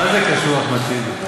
באמת, מה קשור אחמד טיבי?